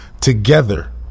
together